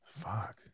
Fuck